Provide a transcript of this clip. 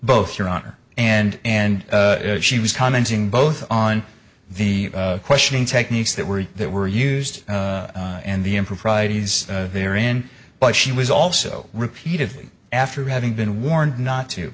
both your honor and and she was commenting both on the questioning techniques that were that were used and the improprieties therein but she was also repeated after having been warned not to